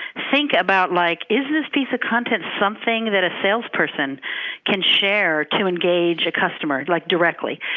think about like, is this piece of content something that a salesperson can share to engage a customer like directly?